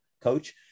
coach